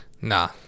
Nah